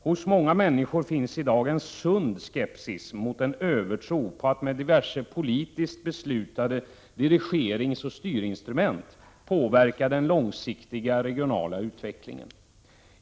Hos många människor finns i dag en sund skepsis mot en övertro på att med diverse politiskt beslutade dirigeringsoch styrinstrument påverka den långsiktiga regionala utvecklingen.